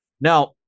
Now